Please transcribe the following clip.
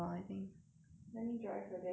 let me drive your dad's car